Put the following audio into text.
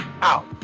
out